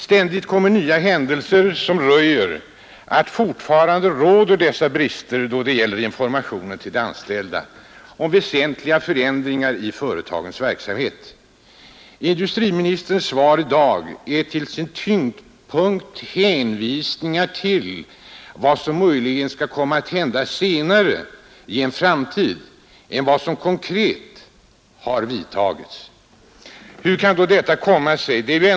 Ständigt kommer nya händelser som röjer att brister fortfarande råder då det gäller informationen till de anställda om väsentliga förändringar i företagens verksamhet. Industriministerns svar i dag är till sin tyngdpunkt hänvisningar till vad som möjligen skall komma att hända senare — i en framtid alltså — och inte någonting om vad som konkret har vidtagits. Hur kan detta komma sig?